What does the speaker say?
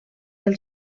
del